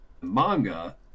manga